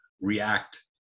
react